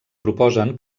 proposen